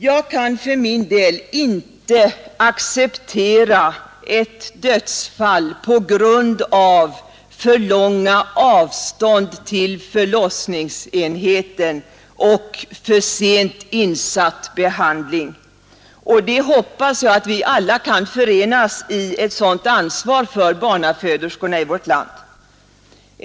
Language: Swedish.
Jag kan för min del inte acceptera att ett dödsfall vållas av för långa avstånd till förlossningsenheten och för sent insatt behandling. Och jag hoppas att vi härvidlag alla kan förenas i ett ansvar för barnaföderskorna i vårt land.